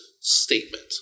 statement